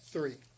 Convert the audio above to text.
Three